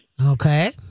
Okay